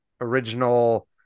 original